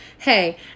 hey